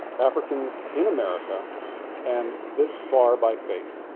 africans in america and this far by faith.